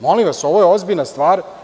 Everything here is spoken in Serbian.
Molim vas, ovo je ozbiljna stvar.